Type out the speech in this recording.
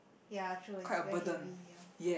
ya true is very heavy ya